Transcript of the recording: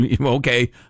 okay